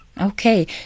Okay